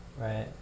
Right